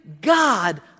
God